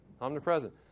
Omnipresent